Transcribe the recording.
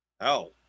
hell